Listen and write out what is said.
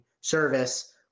service